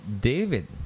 David